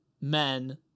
men